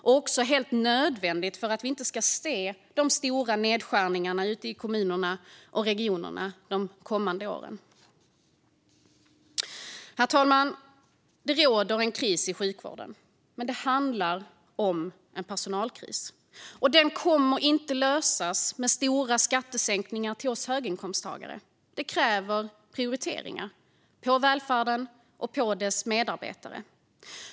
Det är också helt nödvändigt för att vi inte ska se de stora nedskärningarna ute i kommunerna och regionerna de kommande åren. Herr talman! Det råder en kris i sjukvården, men det handlar om en personalkris. Och den kommer inte att lösas med stora skattesänkningar för oss höginkomsttagare, utan det kräver prioriteringar för välfärden och dess medarbetare.